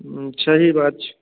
हूँ सही बात छै